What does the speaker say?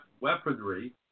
weaponry